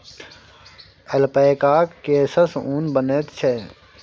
ऐल्पैकाक केससँ ऊन बनैत छै